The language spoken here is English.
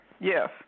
yes